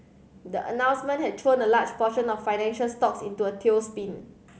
the announcement had thrown a large portion of financial stocks into a tailspin